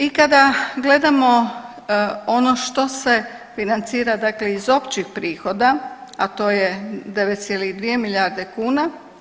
I kada gledamo ono što se financira dakle iz općih prihoda, a to je 9,2 milijarde kuna.